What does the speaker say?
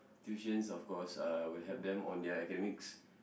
tuitions of course uh will help them on their academics